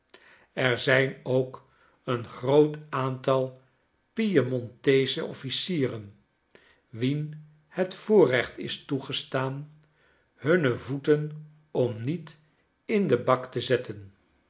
er zijn ook een groot aantal piemonteesche offlcieren wien het voorrecht is toegestaan hunnen voeten omniet in den bak te zetten